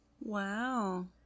wow